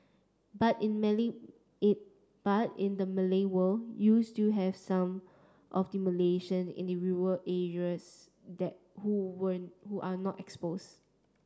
but in Malay in but in the Malay world you still have some of the Malaysian in the rural areas that who were who are not exposed